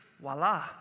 voila